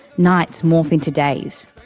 nights morph into days.